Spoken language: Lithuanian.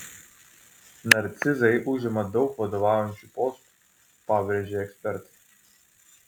narcizai užima daug vadovaujančių postų pabrėžia ekspertai